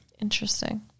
Interesting